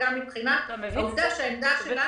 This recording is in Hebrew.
וגם מבחינת העמדה שלנו,